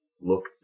look